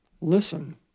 listen